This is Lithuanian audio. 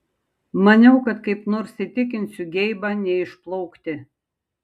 maniau kad kaip nors įtikinsiu geibą neišplaukti